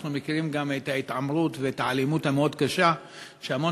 אתם מכירים גם את ההתעמרות ואת האלימות המאוד-קשה שהמון